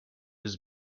his